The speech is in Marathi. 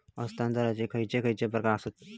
हस्तांतराचे खयचे खयचे प्रकार आसत?